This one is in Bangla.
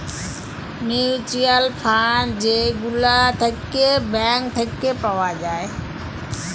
মিউচুয়াল ফান্ড যে গুলা থাক্যে ব্যাঙ্ক থাক্যে পাওয়া যায়